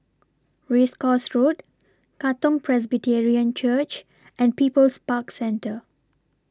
Race Course Road Katong Presbyterian Church and People's Park Centre